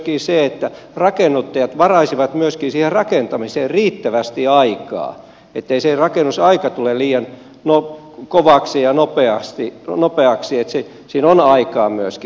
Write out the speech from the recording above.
kyllä se lähtee myöskin siitä että rakennuttajat varaisivat siihen rakentamiseen riittävästi aikaa ettei se rakennusaika tule liian kovaksi ja nopeaksi että siinä on aikaa myöskin